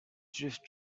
drift